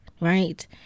right